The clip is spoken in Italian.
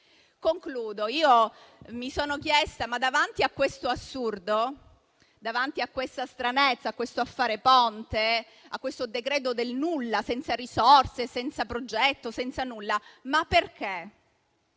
Concludo. Mi sono chiesta davanti a questo assurdo, a questa stranezza, a questo affare Ponte, a questo decreto-legge del nulla, senza risorse, senza progetto: ma perché?